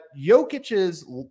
Jokic's